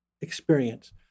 experience